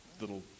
little